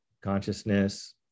Consciousness